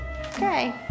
Okay